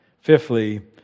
Fifthly